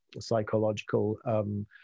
psychological